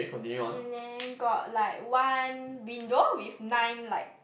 and then got like one window with nine like